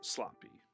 Sloppy